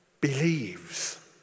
believes